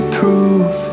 proof